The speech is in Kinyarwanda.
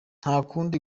ntakunda